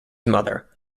mother